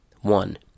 One